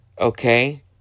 okay